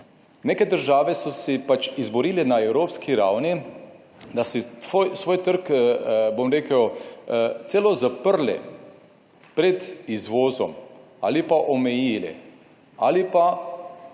Neke države so si pač izborile na evropski ravni, da si svoj trg, bom rekel, celo zaprli pred izvozom ali pa omejili ali pa